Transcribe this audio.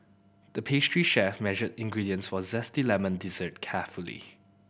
the pastry chef measured ingredients for a zesty lemon dessert carefully